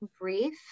brief